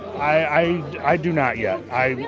i. i do not. yeah, i.